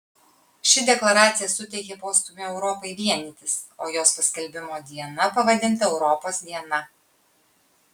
ši deklaracija suteikė postūmį europai vienytis o jos paskelbimo diena pavadinta europos diena